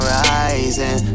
rising